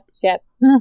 chips